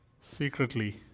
secretly